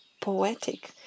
poetic